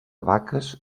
vaques